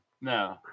no